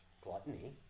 gluttony